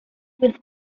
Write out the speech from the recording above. with